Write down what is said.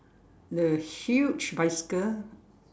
the huge bicycle